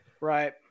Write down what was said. Right